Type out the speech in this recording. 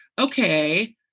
okay